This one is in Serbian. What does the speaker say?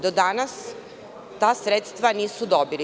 Do danas ta sredstva nisu dobili.